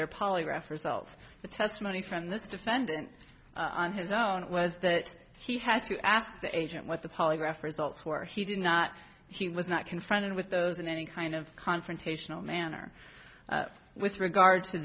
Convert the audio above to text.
their polygraph results the testimony from this defendant on his own was that he had to ask the agent what the polygraph results were he did not he was not confronted with those in any kind of confrontational manner with regard to